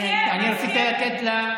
אולי תבקשי משר האוצר לעמוד בהסכם.